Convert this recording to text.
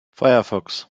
firefox